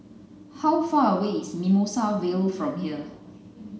how far away is Mimosa Vale from here